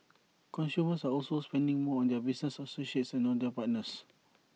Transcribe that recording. consumers are also spending more on their business associates and on their partners